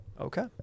Okay